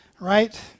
right